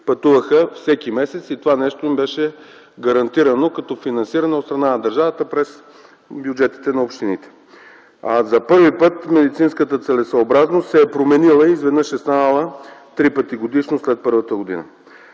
пътуваха всеки месец и това нещо им беше гарантирано като финансиране от страна на държавата, през бюджетите на общините. За първи път медицинската целесъобразност се е променила и изведнъж е станала три пъти годишно след първата година.